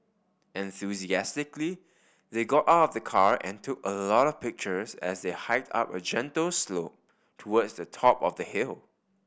enthusiastically they got out of the car and took a lot of pictures as they hiked up a gentle slope towards the top of the hill